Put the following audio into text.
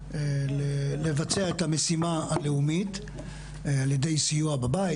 לבצע את המשימה הלאומית על ידי סיוע בבית,